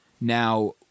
Now